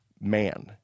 man